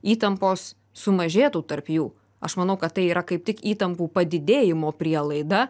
įtampos sumažėtų tarp jų aš manau kad tai yra kaip tik įtampų padidėjimo prielaida